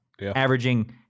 averaging